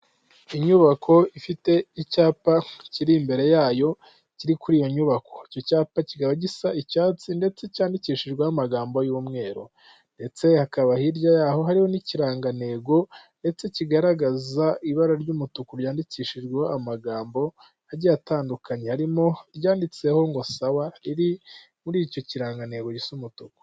Inyubako ifite icyapa kiri imbere yayo kiri kuri iyo nyubako, icyo cyapa kikaba gisa icyatsi ndetse cyandikishijweho amagambo y'umweru ndetse hakaba hirya yaho hariho n'ikirangantego ndetse kigaragaza ibara ry'umutuku ryandikishijwe amagambo agiye atandukanye, harimo iryanditseho ngo "sawa" riri muri icyo kirangantego gisa umutuku.